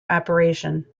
operation